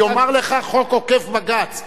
יאמר לך: חוק עוקף בג"ץ.